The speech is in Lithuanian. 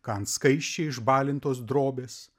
ką ant skaisčiai išbalintos drobės